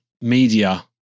media